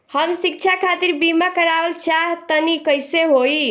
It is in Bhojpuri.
हम शिक्षा खातिर बीमा करावल चाहऽ तनि कइसे होई?